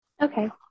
Okay